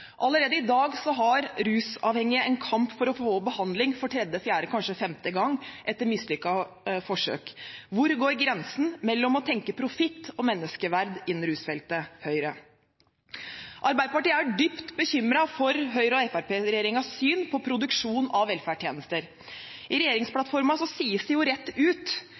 Allerede i dag må rusavhengige kjempe for å få behandling for tredje, fjerde, kanskje femte gang etter mislykkede forsøk. Hvor mener Høyre grensen går mellom å tenke profitt og å tenke menneskeverd innen rusfeltet? Arbeiderpartiet er dypt bekymret for Høyre–Fremskrittsparti-regjeringens syn på produksjon av velferdstjenester. I regjeringsplattformen sies det rett ut